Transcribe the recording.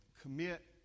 Commit